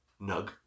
nug